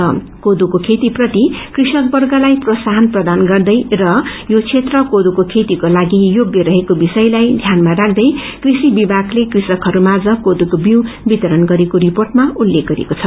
बोदोको खेती प्रति कृषक वर्गलाई प्रोत्साहन प्रदान गर्दै र यो क्षेत्र कोदको खेतीको लागि योग्य रहेको विषयलाई ध्यानमा राख्दै कृष विभागते कृषकहरूमाझ बोदोको विउ वितरण गरेको रिपोंटमा उत्लेख गरिएको छ